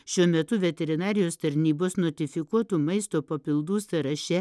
šiuo metu veterinarijos tarnybos notifikuotų maisto papildų sąraše